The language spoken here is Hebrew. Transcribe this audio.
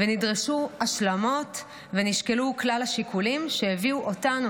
ונדרשו השלמות ונשקלו כלל השיקולים שהביאו אותנו,